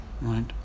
Right